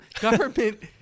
Government